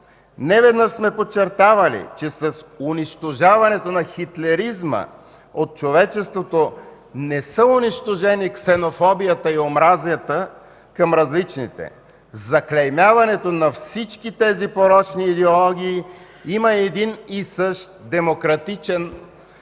Неведнъж сме подчертавали, че с унищожаването на хитлеризма от човечеството не са унищожени ксенофобията и омразата към различните. Заклеймяването на всички тези порочни идеологии има един и същ демократичен корен